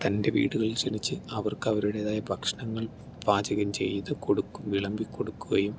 തൻ്റെ വീടുകളിൽ ക്ഷണിച്ച് അവർക്കവരുടേതായ ഭക്ഷണങ്ങൾ പാചകം ചെയ്ത് കൊടുക്കും വിളമ്പിക്കൊടുക്കുകയും